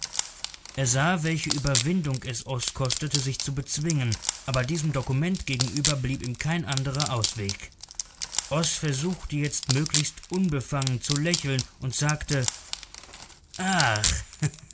er sah welche überwindung es oß kostete sich zu bezwingen aber diesem dokument gegenüber blieb ihm kein anderer ausweg oß versuchte jetzt möglichst unbefangen zu lächeln und sagte